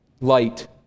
light